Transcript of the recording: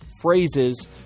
phrases